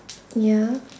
ya